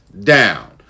down